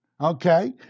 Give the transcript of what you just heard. Okay